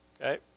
Okay